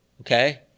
okay